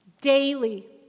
daily